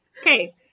Okay